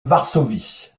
varsovie